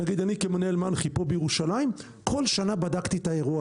נגיד אני כמנהל מנח"י פה בירושלים כל שנה בדקתי את האירוע